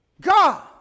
God